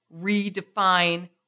redefine